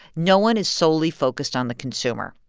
no one is solely focused on the consumer.